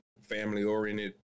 family-oriented